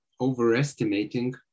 overestimating